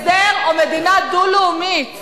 הסדר או מדינה דו-לאומית,